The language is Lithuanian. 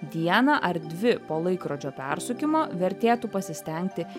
dieną ar dvi po laikrodžio persukimo vertėtų pasistengti